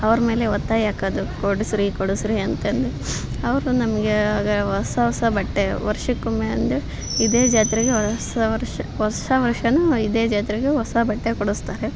ಅವರ ಮೇಲೆ ಒತ್ತಾಯ ಹಾಕದು ಕೊಡಸ್ರಿ ಕೊಡಸ್ರಿ ಅಂತಂದು ಅವರು ನಮಗೆ ಆಗ ಹೊಸ ಹೊಸ ಬಟ್ಟೆ ವರ್ಷಕ್ಕೆ ಒಮ್ಮೆ ಅಂದರೆ ಇದೇ ಜಾತ್ರೆಗೆ ವರ್ಸ ವರ್ಷ ವರ್ಷ ವರ್ಷನು ಇದೇ ಜಾತ್ರೆಗೆ ಹೊಸ ಬಟ್ಟೆ ಕೊಡಸ್ತಾರೆ